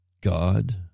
God